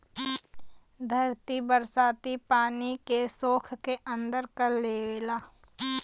धरती बरसाती पानी के सोख के अंदर कर लेवला